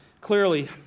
clearly